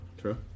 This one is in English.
true